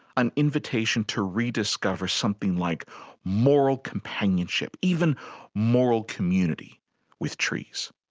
an invitation to rediscover something like moral companionship, even moral community with trees.